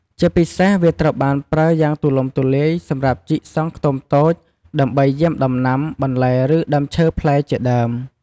ជាពិសេសវាត្រូវបានប្រើយ៉ាងទូលំទូលាយសម្រាប់ជីកសងខ្ខ្ទមតូច ដើម្បីយាមដំណាំ បន្លែ ឬដើមឈើផ្លែជាដើម។